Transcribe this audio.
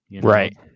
Right